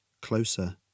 Closer